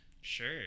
Sure